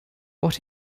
what